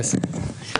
בסדר.